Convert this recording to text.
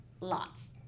lots